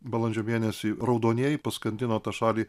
balandžio mėnesį raudonieji paskandino tą šalį